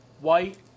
white